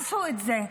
עשו את זה.